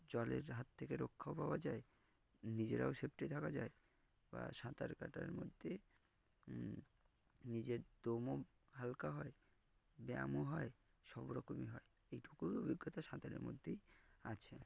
জলের হাত থেকে রক্ষাও পাওয়া যায় নিজেরাও সেফটি থাকা যায় বা সাঁতার কাটার মধ্যে নিজের দমও হালকা হয় ব্যায়ামও হয় সব রকমই হয় এইটুকুই অভিজ্ঞতা সাঁতারের মধ্যেই আছে